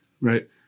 right